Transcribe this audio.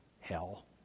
hell